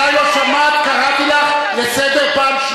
את לא, להקשיב למופז, למופז, חברת הכנסת רגב.